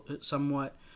somewhat